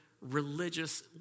religious